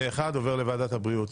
עובר פה אחד לוועדת הבריאות.